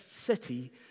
city